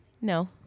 No